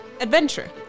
adventure